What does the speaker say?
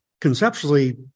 Conceptually